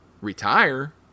retire